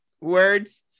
words